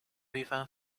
推翻